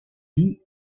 vie